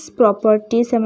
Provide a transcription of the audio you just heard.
properties